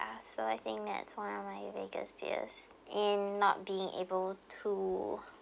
~a so I think that is one of my biggest fears in not being able to